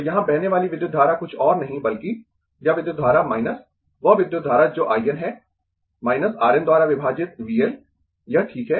तो यहाँ बहने वाली विद्युत धारा कुछ और नहीं बल्कि यह विद्युत धारा वह विद्युत धारा जो I N है R N द्वारा विभाजित V L यह ठीक है